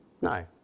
No